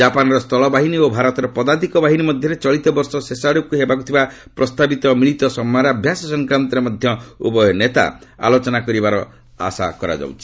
ଜାପାନର ସ୍ଥଳ ବାହିନୀ ଓ ଭାରତର ପଦାତିକ ବାହିନୀ ମଧ୍ୟରେ ଚଳିତ ବର୍ଷ ଶେଷ ଆଡ଼କୁ ହେବାକୁ ଥିବା ପ୍ରସ୍ତାବିତ ମିଳିତ ସମରାଭ୍ୟାସ ସଂକ୍ରାନ୍ତରେ ମଧ୍ୟ ଉଭୟ ନେତା ଆଲୋଚନା କରିବାର ଆଶା କରାଯାଉଛି